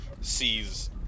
sees